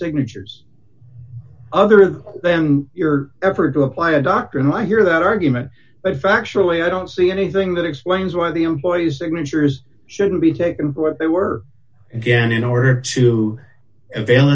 signatures other than your effort to apply a doctrine i hear that argument but factually i don't see anything that explains why the employees signatures shouldn't be taken for what they were again in order to